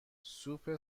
سوپ